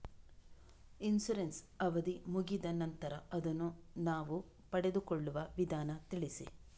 Insurance ನ ಅವಧಿ ಮುಗಿದ ನಂತರ ಅದನ್ನು ನಾವು ಪಡೆದುಕೊಳ್ಳುವ ವಿಧಾನ ತಿಳಿಸಿ?